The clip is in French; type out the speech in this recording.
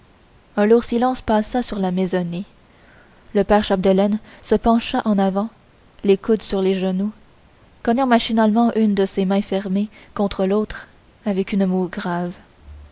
un lourd silence pesa sur la maisonnée le père chapdelaine se pencha en avant les coudes sur ses genoux cognant machinalement une de ses mains fermées contre l'autre avec une moue grave